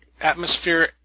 atmosphere